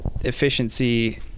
efficiency